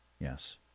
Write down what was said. Yes